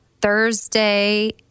Thursday